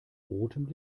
rotem